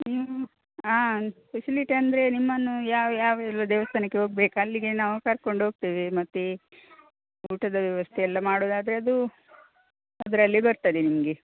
ಹ್ಞೂ ಹಾಂ ಫೆಸಿಲಿಟಿ ಅಂದರೆ ನಿಮ್ಮನ್ನು ಯಾವ ಯಾವೆಲ್ಲ ದೇವಸ್ಥಾನಕ್ಕೆ ಹೋಗ್ಬೇಕು ಅಲ್ಲಿಗೆ ನಾವು ಕರ್ಕೊಂಡು ಹೋಗ್ತೇವೆ ಮತ್ತೆ ಊಟದ ವ್ಯವಸ್ಥೆ ಎಲ್ಲ ಮಾಡೋದಾದ್ರೆ ಅದು ಅದರಲ್ಲಿ ಬರ್ತದೆ ನಿಮಗೆ